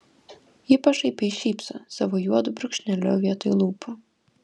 ji pašaipiai šypso savo juodu brūkšneliu vietoj lūpų